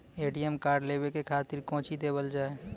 ATM card लेवे के खातिर कौंची देवल जाए?